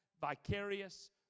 vicarious